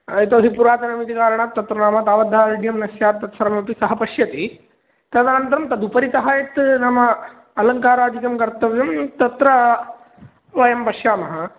यतो हि पुरातनम् इति कारणात् तत्र नाम तावत् दार्ढ्यं न स्यात् तत् सर्वमपि सः पश्यति तदनन्तरं तदुपरितः यत् नाम अलङ्कारादिकं कर्तव्यं तत्र वयं पश्यामः